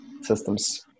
systems